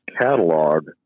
catalog